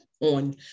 on